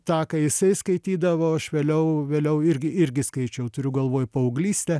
tą ką jisai skaitydavo aš vėliau vėliau irgi irgi skaičiau turiu galvoj paauglystę